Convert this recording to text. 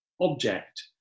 object